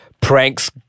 Pranks